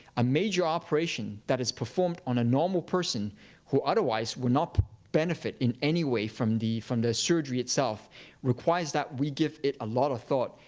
a major operation that is performed on a normal person who otherwise would not benefit in any way from the from the surgery itself requires that we give it a lot of thought,